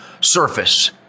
surface